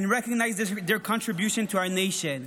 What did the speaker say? and recognize their contribution to our nation.